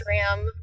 Instagram